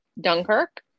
dunkirk